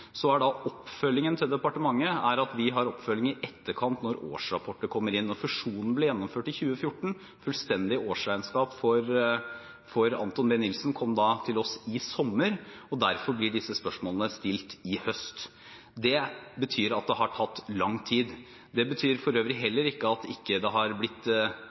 oppfølgingen til departementet, har vi oppfølging i etterkant, når årsrapporter kommer inn. Fusjonen ble gjennomført i 2014, og fullstendig årsregnskap for Anthon B Nilsen kom da til oss i sommer, og derfor blir disse spørsmålene stilt i høst. Det betyr at det har tatt lang tid. Det